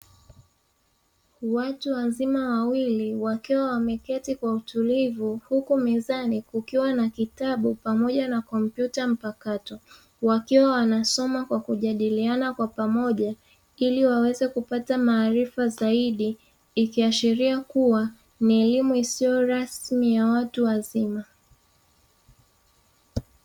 Watu wazima wawili wakiwa wameketi kwa utulivu huku mezani kukiwa na kitabu pamoja na kompyuta mpakato, wakiwa wanasoma kwa kujadiliana kwa pamoja ili waweze kupata maarifa zaidi ikiashiria kuwa ni elimu isiyo rasmi ya watu wazima.